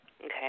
Okay